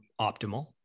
optimal